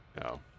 No